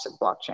blockchain